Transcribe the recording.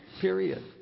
period